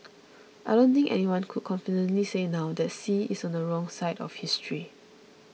I don't think anyone could confidently say now that Xi is on the wrong side of history